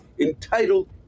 entitled